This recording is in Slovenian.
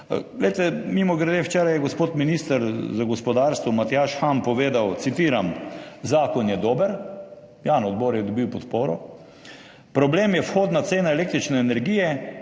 gospodarstvo. Mimogrede, včeraj je gospod minister za gospodarstvo Matjaž Han povedal, citiram: »Zakon je dober, na odboru je dobil podporo, problem je vhodna cena električne energije,